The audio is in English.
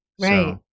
Right